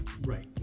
right